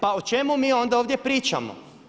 Pa o čemu mi onda ovdje pričamo?